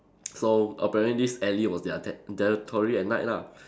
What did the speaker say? so apparently this alley was their ter~ territory at night lah